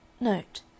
Note